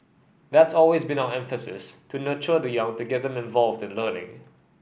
that's always been our emphasis to nurture the young to get them involved in learning